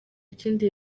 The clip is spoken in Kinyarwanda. kindi